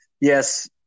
yes